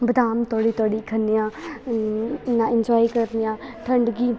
बदाम तोड़ी तोड़ी खन्नेआं कन्नै इंजाय करनेआं ठंड गी